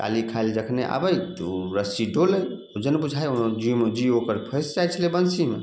चाली खाइ लै जखने आबै तऽ ओ रस्सी डोलै जेना बुझाए जी ओकर फसि जाइत छलै बनसीमे